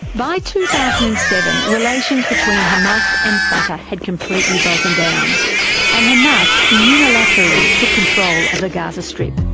by two thousand and seven, relations between hamas and fatah had completely broken down and hamas unilaterally took control of the gaza strip.